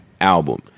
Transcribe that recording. album